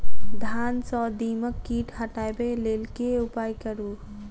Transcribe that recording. धान सँ दीमक कीट हटाबै लेल केँ उपाय करु?